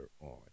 on